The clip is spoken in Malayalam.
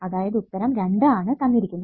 അതായത് ഉത്തരം 2 ആണ് തന്നിരിക്കുന്നത്